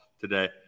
today